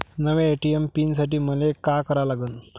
नव्या ATM PIN साठी मले का करा लागन?